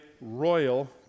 royal